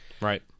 Right